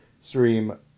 stream